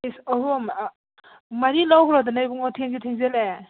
piece ꯑꯍꯨꯝ ꯃꯔꯤ ꯂꯧꯈ꯭ꯔꯣꯗꯅ ꯏꯕꯨꯡꯉꯣ ꯊꯦꯡꯁꯨ ꯊꯦꯡꯖꯜꯂꯛꯑꯦ